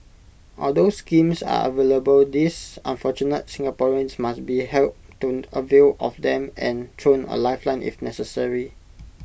although schemes are available these unfortunate Singaporeans must be helped to avail of them and thrown A lifeline if necessary